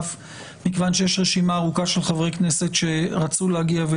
מכיוון שיש רשימה ארוכה של חברי כנסת שרצו להגיע היום,